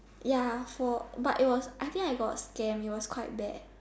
ya for but it was I think I got scam it was quite bad